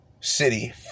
City